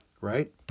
right